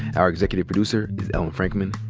our executive producer is ellen frankman.